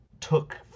took